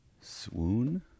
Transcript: Swoon